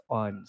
on